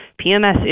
PMS